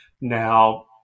Now